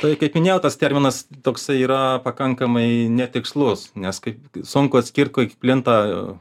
tai kaip minėjau tas terminas toksai yra pakankamai netikslus nes kaip sunku atskirt kaip plinta